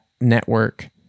network